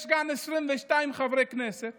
יש כאן 22 חברי כנסת